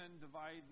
divide